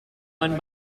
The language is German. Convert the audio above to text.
man